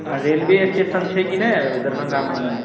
railway station छै कि नहि दरभंगा मे बनल